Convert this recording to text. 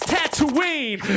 Tatooine